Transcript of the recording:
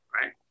right